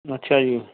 ਅੱਛਾ ਜੀ